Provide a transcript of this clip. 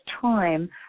time